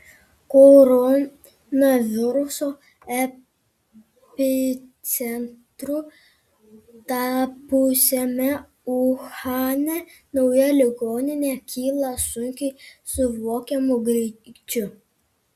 koronaviruso epicentru tapusiame uhane nauja ligoninė kyla sunkiai suvokiamu greičiu